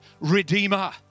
Redeemer